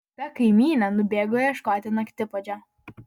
kita kaimynė nubėgo ieškoti naktipuodžio